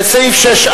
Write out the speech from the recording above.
לסעיף 6(4)